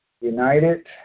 united